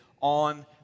on